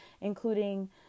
including